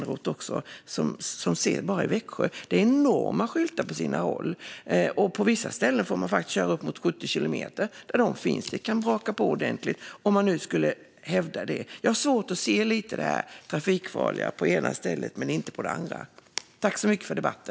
Titta bara på hur det ser ut i Växjö; där finns det enorma skyltar på sina håll, och på vissa ställen får man köra 70 kilometer i timmen. Det kan braka på ordentligt. Jag har svårt att se hur skyltar kan vara trafikfarliga på ett ställe men inte på ett annat. Jag tackar för debatten.